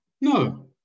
No